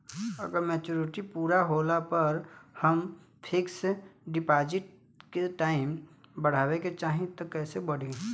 अगर मेचूरिटि पूरा होला पर हम फिक्स डिपॉज़िट के टाइम बढ़ावे के चाहिए त कैसे बढ़ी?